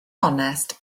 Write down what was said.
onest